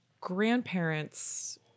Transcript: grandparents